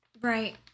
Right